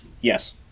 Yes